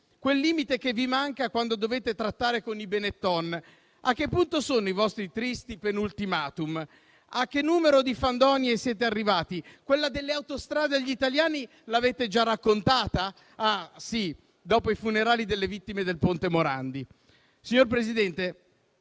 Quel limite che vi manca quando dovete trattare con i Benetton. A che punto sono i vostri tristi "penultimatum"? A che numero di fandonie siete arrivati? Quella delle autostrade agli italiani l'avete già raccontata? Sì, dopo i funerali delle vittime del Ponte Morandi. Signor Presidente,